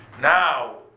Now